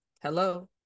Hello